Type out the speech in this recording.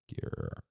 gear